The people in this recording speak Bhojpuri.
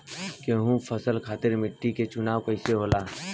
गेंहू फसल खातिर मिट्टी के चुनाव कईसे होला?